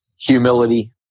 humility